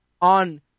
on